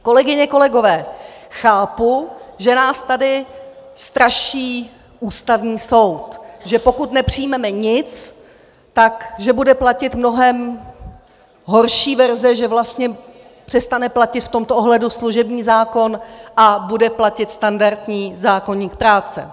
Kolegyně, kolegové, chápu, že nás tady straší Ústavní soud, že pokud nepřijmeme nic, tak bude platit mnohem horší verze, že vlastně přestane platit v tomto ohledu služební zákon a bude platit standardní zákoník práce.